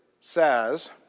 says